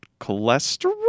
cholesterol